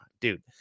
dude